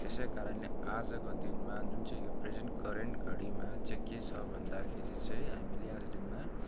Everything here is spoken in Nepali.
त्यसै कारणले आजको दिनमा जुन चाहिँ यो प्रेजेन्ट करेन्ट घडीमा चाहिँ के छ भन्दाखेरि चाहिँ हामीले आज दिनमा